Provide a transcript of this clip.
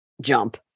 jump